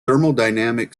thermodynamic